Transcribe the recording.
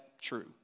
true